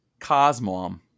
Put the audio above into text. Cosmom